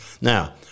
Now